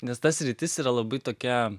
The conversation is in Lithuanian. nes ta sritis yra labai tokia